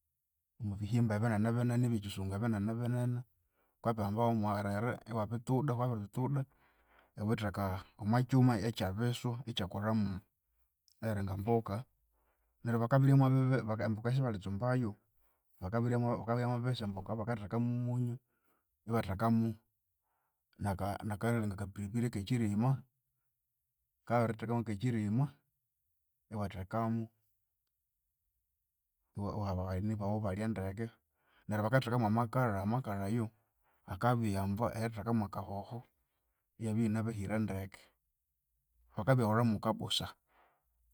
Omwabihimba ebinene binene ebye kyisungu ebinene binene, wukabihamba iwamwerere iwabituda wukabya babiribituda iwatheka omwakyuma ikyabiswa ikyakolhamu eyiringa mboka. Neryu bakabirya mwabibi emboka eyo sibalitsumbayu, bakabirya mwabibisi emboka eyo bakatheka momunyu, ibathekamu naka nakalinga ka piripiri ke kyirima, ka babirithekamu akekyirima, iwathekamu iwaha abagheni bawu ibalya ndeke. Neryu bakathekamu amakalha, amakalha ayu akabiyamba eritheka mwa kahoho iyabya iyinabehire ndeke. Bakabyahulha mwa kabusa